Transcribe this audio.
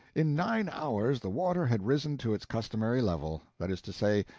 in nine hours the water had risen to its customary level that is to say,